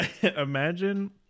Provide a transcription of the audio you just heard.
imagine